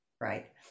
right